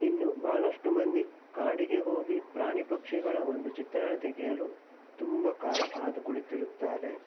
ಇನ್ನು ಬಹಳಷ್ಟು ಮಂದಿ ಕಾಡಿಗೆ ಹೋಗಿ ಪ್ರಾಣಿ ಪಕ್ಷಿಗಳ ಒಂದು ಚಿತ್ರನ ತೆಗೆಯಲು ತುಂಬ ಕಾಲ ಕಾದು ಕುಳಿತಿರುತ್ತಾರೆ